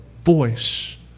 voice